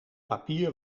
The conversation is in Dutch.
papier